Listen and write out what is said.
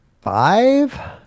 five